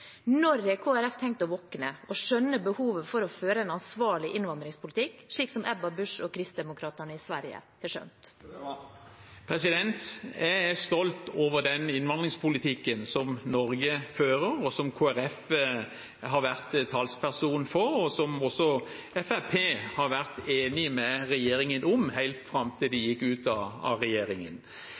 Når har Kristelig Folkeparti tenkt å våkne og skjønne behovet for å føre en ansvarlig innvandringspolitikk, slik som Ebba Busch og Kristdemokraterna i Sverige har skjønt? Jeg er stolt over den innvandringspolitikken som Norge fører, som Kristelig Folkeparti har vært talsperson for, og som også Fremskrittspartiet har vært enig med regjeringen om helt fram til de gikk ut av regjeringen.